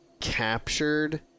captured